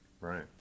right